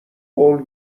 قول